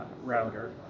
router